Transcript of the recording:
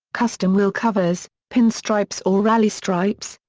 custom wheel covers, pinstripes or rally stripes,